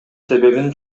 себебин